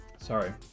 Sorry